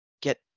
get